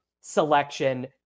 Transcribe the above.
selection